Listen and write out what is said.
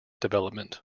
development